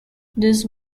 these